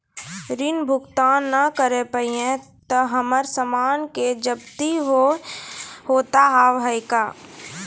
ऋण भुगतान ना करऽ पहिए तह हमर समान के जब्ती होता हाव हई का?